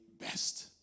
best